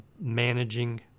managing